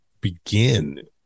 begin